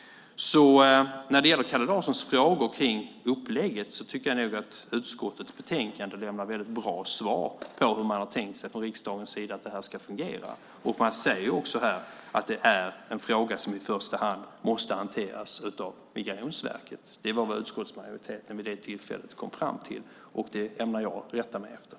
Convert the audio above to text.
När det gäller Kalle Larssons frågor om upplägget tycker jag att utskottets betänkande lämnar väldigt bra svar på hur man från riksdagens sida har tänkt sig att det här ska fungera. Man säger också att det är en fråga som i första hand måste hanteras av Migrationsverket. Det var vad utskottsmajoriteten vid det tillfället kom fram till, och det ämnar jag rätta mig efter.